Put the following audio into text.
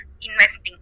investing